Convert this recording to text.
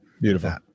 Beautiful